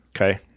Okay